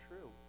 true